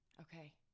Okay